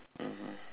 mmhmm